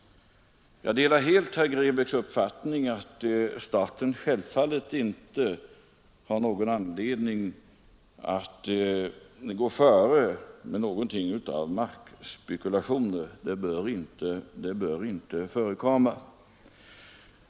Jag delar helt herr Grebäcks uppfattning att statsmyndigheter självfallet inte bör ägna sig år markspekulation — det bör inte förekomma.